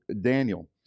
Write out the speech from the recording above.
Daniel